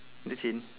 interchange